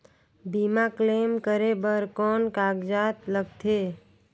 बीमा क्लेम करे बर कौन कागजात लगथे?